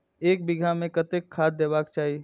एक बिघा में कतेक खाघ देबाक चाही?